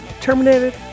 terminated